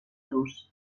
dos